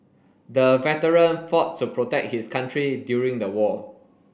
the veteran fought to protect his country during the war